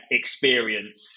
experience